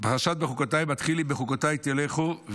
פרשת בחוקותיי מתחילה: "אם בחקתי תלכו,